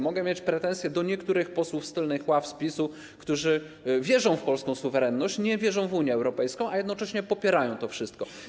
Mogę mieć pretensje do niektórych posłów z tylnych ław z PiS-u, którzy wierzą w polską suwerenność, nie wierzą w Unię Europejską, a jednocześnie popierają to wszystko.